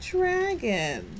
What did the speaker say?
Dragon